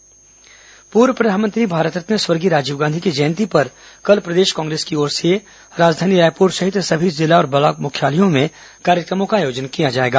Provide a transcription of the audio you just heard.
राजीव गांधी जयंती पूर्व प्रधानमंत्री भारत रत्न स्वर्गीय राजीव गांधी की जयंती पर कल प्रदेश कांग्रेस की ओर से राजधानी रायपुर सहित सभी जिला और ब्लॉक मुख्यालयों में कार्यक्रमों का आयोजन किया जाएगा